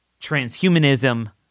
Transhumanism